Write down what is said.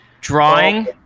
drawing